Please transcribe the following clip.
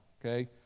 okay